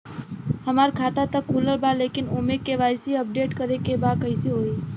हमार खाता ता खुलल बा लेकिन ओमे के.वाइ.सी अपडेट करे के बा कइसे होई?